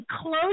close